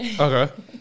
Okay